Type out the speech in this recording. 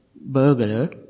burglar